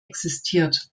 existiert